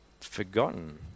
forgotten